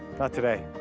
not today.